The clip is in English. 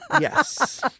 Yes